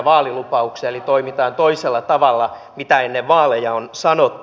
toimitaan toisella tavalla kuin mitä ennen vaaleja on sanottu